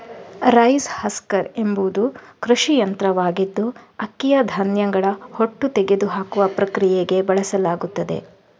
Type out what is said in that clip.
rice husker ಎಂಬುದು ಕೃಷಿ ಯಂತ್ರವಾಗಿದ್ದು ಅಕ್ಕಿಯ ಧಾನ್ಯಗಳ ಹೊಟ್ಟು ತೆಗೆದುಹಾಕುವ ಪ್ರಕ್ರಿಯೆಗೆ ಬಳಸಲಾಗುತ್ತದೆ